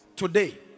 Today